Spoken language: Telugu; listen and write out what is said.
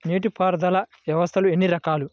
నీటిపారుదల వ్యవస్థలు ఎన్ని రకాలు?